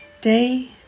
Day